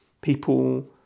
people